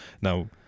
now